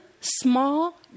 small